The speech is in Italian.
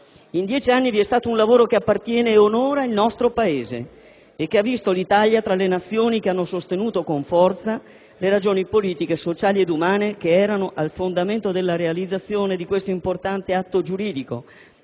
In dieci anni è stato svolto un lavoro che appartiene ed onora il nostro Paese e che ha visto l'Italia tra le Nazioni che hanno sostenuto con forza le ragioni politiche, sociali ed umane che erano al fondamento della realizzazione di questo importante atto giuridico